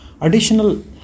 Additional